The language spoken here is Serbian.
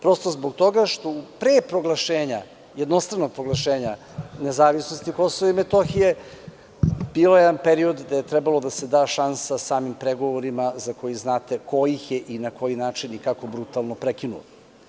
Prosto zbog toga što pre proglašenja, jednostranog proglašenja nezavisnosti Kosova i Metohije bio je jedan period gde je trebalo da se da šansa samim pregovorima za koji znate ko ih je i na koji način i kako brutalno prekinuo.